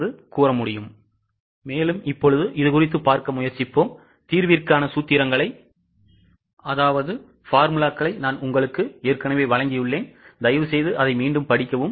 எனவே இதைப் பார்க்க முயற்சிப்போம் தீர்விற்கான சூத்திரங்களை நான் உங்களுக்கு வழங்கியுள்ளேன் தயவுசெய்து அதை மீண்டும் படிக்கவும்